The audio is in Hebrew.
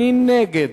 מי נגד?